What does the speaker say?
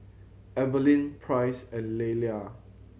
Evelin Price and Lillia